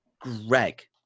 Greg